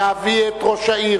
להביא את ראש העיר,